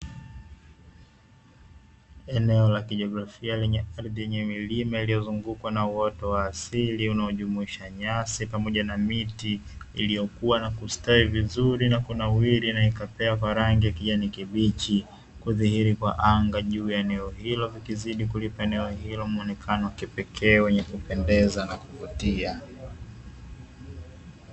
Eneo la kijiografia, lenye ardhi yenye milima iliyozungukwa na uoto wa asili unaojumuisha nyasi pamoja na miti, iliyokua na kustawi vizuri, na kunawiri na ikapea kwa rangi ya kijani kibichi. Kudhihiri kwa anga juu ya eneo hilo, ikizidi kulipa eneo hilo muonekano wa kipekee wenye kupendeza na kuvutia.